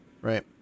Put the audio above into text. Right